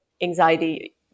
Anxiety